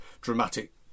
dramatic